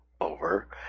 over